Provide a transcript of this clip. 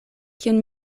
kiun